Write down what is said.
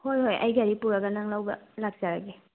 ꯍꯣꯏ ꯍꯣꯏ ꯑꯩ ꯒꯥꯔꯤ ꯄꯨꯔꯒ ꯅꯪ ꯂꯧꯕ ꯂꯥꯛꯆꯔꯒꯦ